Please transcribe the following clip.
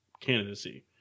Candidacy